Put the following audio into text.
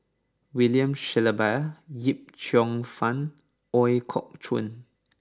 William Shellabear Yip Cheong Fun Ooi Kok Chuen